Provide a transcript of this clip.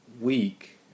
week